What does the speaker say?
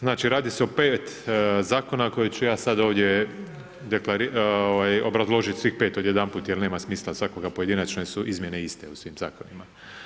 Znači radi se o pet zakona koje ću ja sad ovdje obrazložiti, svih pet odjedanput jer nema smisla svakoga pojedinačno jer su izmjene iste u svim zakonima.